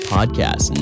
Podcast